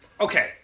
Okay